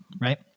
right